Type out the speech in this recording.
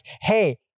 hey